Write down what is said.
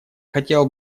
хотела